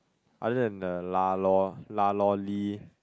other than the lah lor lah lor Lee